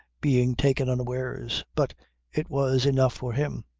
being taken unawares. but it was enough for him.